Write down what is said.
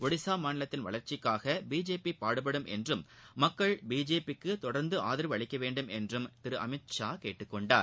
ஒடிசா மாநிலத்தின் வளர்ச்சிக்கா பிஜேபி பாடுபடும் என்றும் மக்கள் பிஜேபிக்கு தொடர்ந்து ஆதரவு அளிக்க வேண்டும் என்றும் அவர் திரு அமித்ஷா கேட்டுக்கொண்டார்